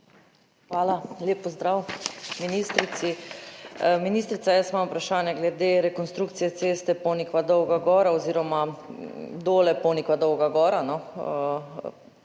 Hvala. Lep pozdrav ministrici! Ministrica, jaz imam vprašanje glede rekonstrukcije ceste Ponikva–Dolga Gora oziroma Dole–Ponikva–Dolga Gora.